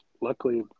luckily